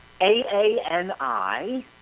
A-A-N-I